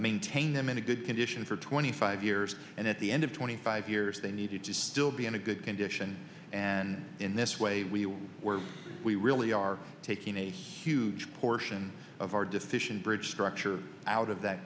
maintain them in a good condition for twenty five years and at the end of twenty five years they needed to still be in a good condition and in this way we will where we really are taking a huge portion of our deficient bridge structure out of that